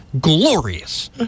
glorious